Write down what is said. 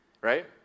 right